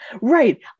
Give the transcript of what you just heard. right